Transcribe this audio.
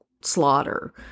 Slaughter